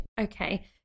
Okay